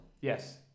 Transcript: Yes